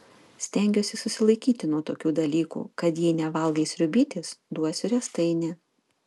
stengiuosi susilaikyti nuo tokių dalykų kad jei nevalgai sriubytės duosiu riestainį